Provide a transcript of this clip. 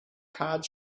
card